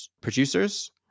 producers